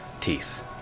teeth